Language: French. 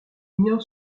ignore